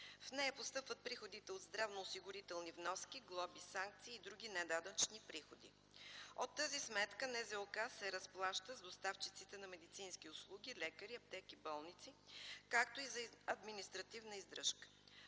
В нея постъпват приходите от здравноосигурителни вноски, глоби, санкции и други неданъчни приходи. От тази сметка Националната здравноосигурителна каса се разплаща с доставчиците на медицински услуги, лекари, аптеки и болници, както и за административна издръжка.